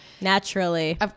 Naturally